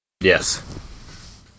Yes